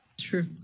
True